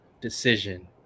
decision